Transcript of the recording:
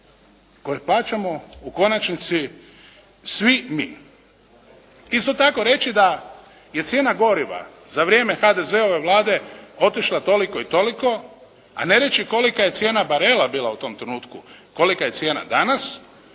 koje plaćamo u konačnici svi mi. Isto tako, reći da je cijena goriva za vrijeme HDZ-ove Vlade otišla toliko i toliko a ne reći kolika je cijena barela bila u tom trenutku, kolika je cijena danas